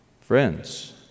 Friends